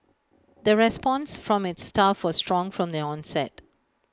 the response from its staff was strong from the onset